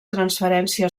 transferència